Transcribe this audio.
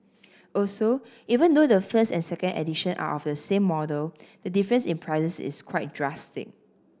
also even though the first and second edition are of the same model the difference in prices is quite drastic